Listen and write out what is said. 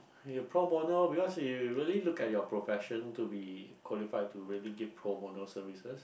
you pro bono because you really look at your profession to be qualified to really give pro bono services